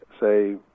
say